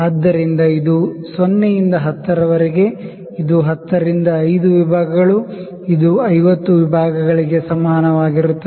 ಆದ್ದರಿಂದ ಇದು 0 ಇಂದ 10 ರವರೆಗೆ ಇದು 10 ರ 5 ವಿಭಾಗಗಳು ಇದು 50 ವಿಭಾಗಗಳಿಗೆ ಸಮಾನವಾಗಿರುತ್ತದೆ